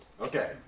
Okay